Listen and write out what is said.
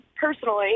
personally